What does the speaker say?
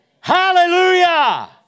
Hallelujah